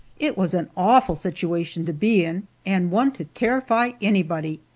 it was an awful situation to be in, and one to terrify anybody.